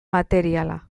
materiala